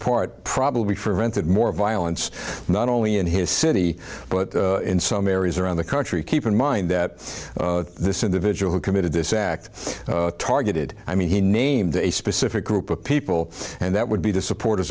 part probably for granted more violence not only in his city but in some areas around the country keep in mind that this individual who committed this act targeted i mean he named a specific group of people and that would be the supporters